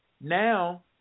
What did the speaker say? now